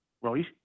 Right